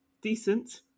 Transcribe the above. decent